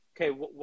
okay